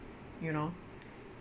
you know